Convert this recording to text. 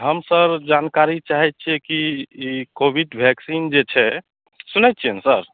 हम सर जानकारी चाहय छियै कि ई कोविड वैक्सीन जे छै सुनय छियै ने सर